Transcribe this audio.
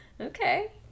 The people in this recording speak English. okay